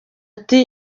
ati